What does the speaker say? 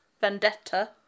Vendetta